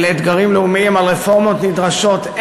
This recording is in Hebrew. על אתגרים לאומיים, על רפורמות נדרשות.